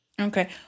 Okay